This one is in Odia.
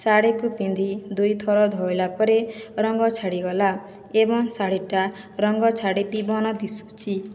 ଶାଢ଼ୀକୁ ପିନ୍ଧି ଦୁଇଥର ଧୋଇଲା ପରେ ରଙ୍ଗ ଛାଡ଼ିଗଲା ଏବଂ ଶାଢ଼ୀଟା ରଙ୍ଗ ଛାଡ଼ି ପିବନ ଦିଶୁଛି